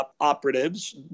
operatives